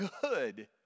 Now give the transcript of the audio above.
good